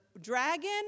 dragon